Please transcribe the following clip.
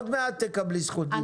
עוד מעט תקבלי זכות דיבור,